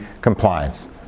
compliance